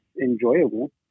enjoyable